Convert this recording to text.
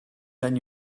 than